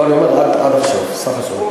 לא, אני אומר עד עכשיו, סך הכול.